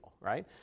right